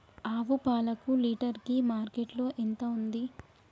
ఆవు పాలకు లీటర్ కి మార్కెట్ లో ఎంత ఉంది?